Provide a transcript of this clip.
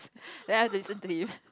then I have to listen to him